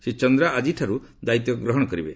ଶ୍ରୀ ଚନ୍ଦ୍ର ଆଜିଠାରୁ ଦାୟିତ୍ୱ ଗ୍ରହଣ କରିବେ